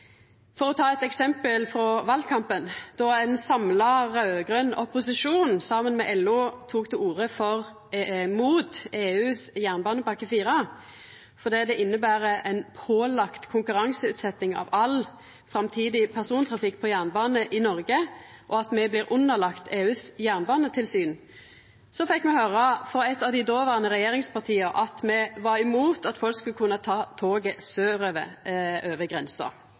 Eit eksempel frå valkampen var då ein samla raud-grøn opposisjon, saman med LO, tok til orde mot EUs jernbanepakke IV fordi det inneber ei pålagd konkurranseutsetjing av all framtidig persontrafikk på jernbane i Noreg, og at me blir underlagde EUs jernbanetilsyn. Då fekk me høyra frå eit av dei dåverande regjeringspartia at me var imot at folk skulle kunna ta toget sørover over grensa.